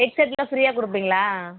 ஹெட்செட்டுலாம் ஃப்ரீயாக கொடுப்பீங்களா